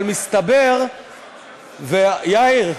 אבל מסתבר, יאיר,